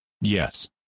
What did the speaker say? Yes